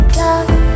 love